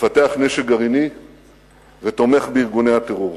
מפתח נשק גרעיני ותומך בארגוני הטרור.